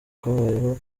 kwabayeho